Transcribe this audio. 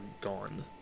gone